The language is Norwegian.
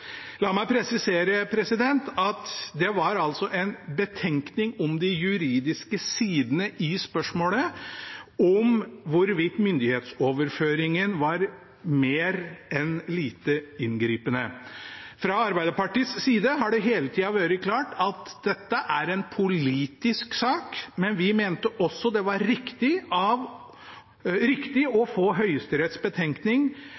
La meg presisere at det altså var en betenkning om de juridiske sidene ved spørsmålet, om hvorvidt myndighetsoverføringen var mer enn lite inngripende. Fra Arbeiderpartiets side har det hele tida vært klart at dette er en politisk sak, men vi mente også det var riktig å få Høyesteretts betenkning av